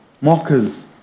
mockers